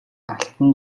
алтан